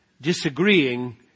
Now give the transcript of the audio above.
disagreeing